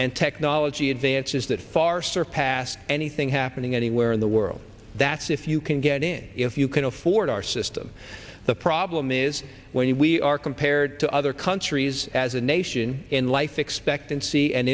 and technology advances that far surpass anything happening anywhere in the world that's if you can get in if you can afford our system the problem is when we are compared to other countries as a nation in life